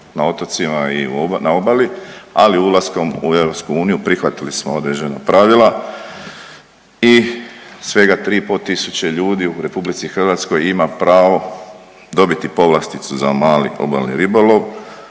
na otocima i na obali, ali ulaskom u EU prihvatili smo određena pravila i svega 3,5 tisuće ljudi u RH ima pravo dobiti povlasticu za mali obalni ribolov